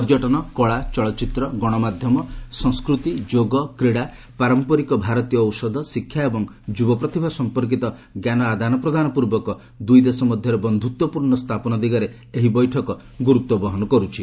ପର୍ଯ୍ୟଟନ କଳା ଚଳଚ୍ଚିତ୍ର ଗଣମାଧ୍ୟମ ସଂସ୍କୃତି ଯୋଗ କ୍ରୀଡ଼ା ପାରମ୍ପରିକ ଭାରତୀୟ ଔଷଧ ଶିକ୍ଷା ଏବଂ ଯୁବ ପ୍ରତିଭା ସମ୍ପର୍କୀତ ଜ୍ଞାନ ଆଦାନ ପ୍ରଦାନ ପୂର୍ବକ ଦୁଇ ଦେଶ ମଧ୍ୟରେ ବନ୍ଧୁତ୍ୱପୂର୍ଣ୍ଣ ସ୍ଥାପନ ଦିଗରେ ଏହି ବୈଠକ ଗୁରୁତ୍ୱ ବହନ କରୁଛି